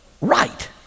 right